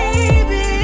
Baby